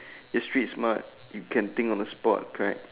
it's street smart you can think on the spot correct